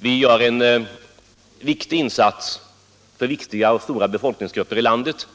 Vi gör en viktig insats för viktiga och stora befolkningsgrupper i landet,